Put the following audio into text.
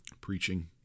preaching